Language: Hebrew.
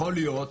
יכול להיות,